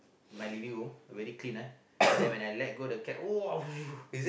my living room very clean [ah]then when I let go the cat !wow!